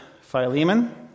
Philemon